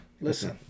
Listen